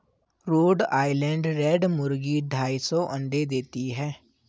road Island Red मुर्गी ढाई सौ अंडे देती है